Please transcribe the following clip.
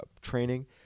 training